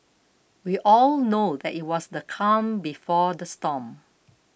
we all know that it was the calm before the storm